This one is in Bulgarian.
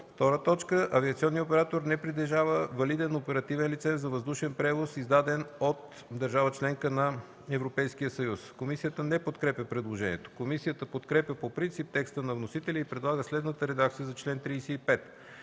орган; 2. авиационният оператор не притежава валиден оперативен лиценз за въздушен превоз, издаден от държава – членка на ЕС.” Комисията не подкрепя предложението. Комисията подкрепя по принцип текста на вносителя и предлага следната редакция за чл. 35: